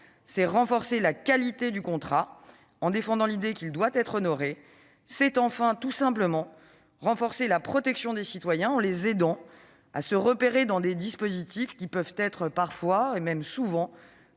c'est renforcer la qualité du contrat en défendant l'idée qu'il doit être honoré ; c'est enfin, tout simplement, renforcer la protection des citoyens en les aidant à se repérer dans des dispositifs qui peuvent souvent